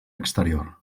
exterior